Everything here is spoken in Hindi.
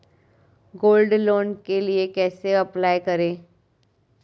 गोल्ड लोंन के लिए कैसे अप्लाई करें?